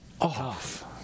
off